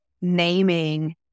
naming